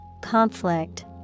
conflict